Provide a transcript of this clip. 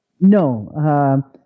no